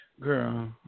girl